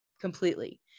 completely